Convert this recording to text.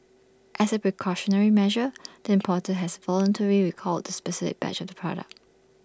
as A precautionary measure the importer has voluntarily recalled the specific batch of the product